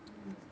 mm